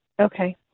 Okay